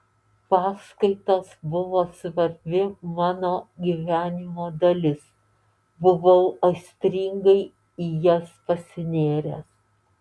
paskaitos buvo svarbi mano gyvenimo dalis buvau aistringai į jas pasinėręs